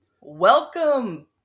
Welcome